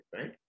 right